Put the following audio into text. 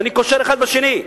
ואני קושר אחד בשני.